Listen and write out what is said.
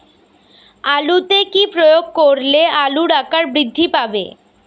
আলুতে কি প্রয়োগ করলে আলুর আকার বৃদ্ধি পাবে?